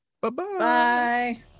bye-bye